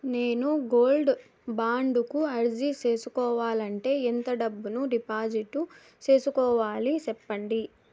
నేను gold bond కు అర్జీ సేసుకోవాలంటే ఎంత డబ్బును డిపాజిట్లు సేసుకోవాలి సెప్పండి